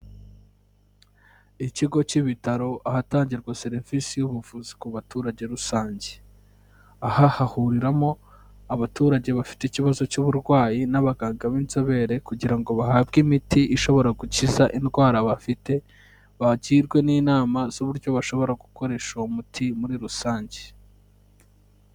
Ikigo cy'ibitaro, ahatangirwa serivisi y'ubuvuzi ku baturage rusange. Aha hahuriramo abaturage bafite ikibazo cy'uburwayi, n'abaganga b'inzobere, kugira ngo bahabwe imiti ishobora gukiza indwara bafite, bagirwe n'inama z'uburyo bashobora gukoresha uwo muti, muri rusange.